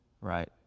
right